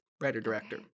writer-director